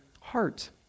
heart